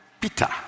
Peter